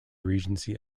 regency